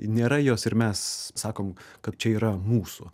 nėra jos ir mes sakom kad čia yra mūsų